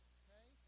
okay